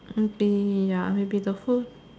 must be ya maybe the first